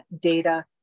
data